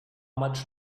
much